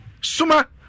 Suma